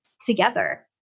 together